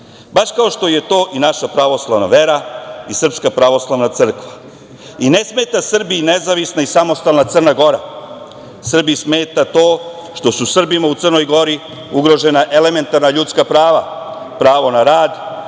baš kao što je to i naša pravoslavna vera i SPC.Ne smeta Srbiji nezavisna i samostalna Crna Gora, Srbiji smeta to što su Srbima u Crnoj Gori ugrožena elementarna ljudska prava, pravo na rad,